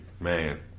man